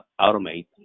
automate